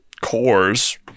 cores